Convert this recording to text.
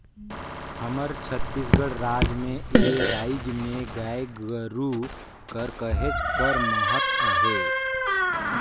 हमर छत्तीसगढ़ राज में ए राएज में गाय गरू कर कहेच कर महत अहे